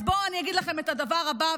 אז בואו אני אגיד לכם את הדבר הבא,